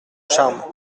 charmes